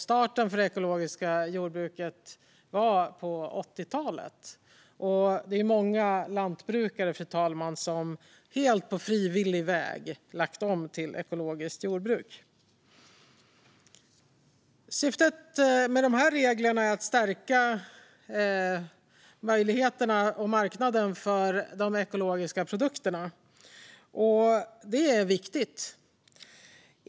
Det ekologiska jordbruket startade på 80-talet, och många lantbrukare har, fru talman, helt på frivillig väg lagt om till ekologiskt jordbruk. Syftet med dessa regler är att stärka möjligheterna och marknaden för de ekologiska produkterna. Det är viktigt.